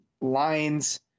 lines